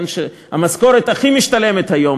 המשכורת הכי משתלמת היום,